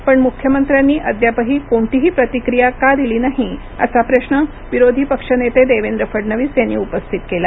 पण मुख्यमंत्र्यांनी अद्यापही कोणतीही प्रतिक्रिया का दिली नाही असा प्रश्न विरोधी पक्षनेते देवेंद्र फडणवीस यांनी उपस्थित केला